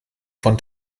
von